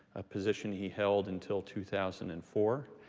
a position he held until two thousand and four.